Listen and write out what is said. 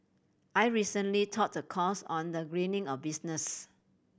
I recently taught a course on the greening of business